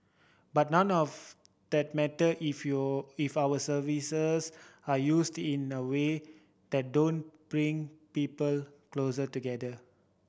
but none of that matter if your if our services are used in the way that don't bring people closer together